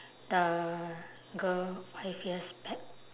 the girl five years back